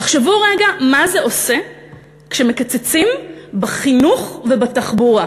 תחשבו רגע מה זה עושה כשמקצצים בחינוך ובתחבורה.